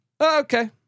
Okay